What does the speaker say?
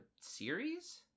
series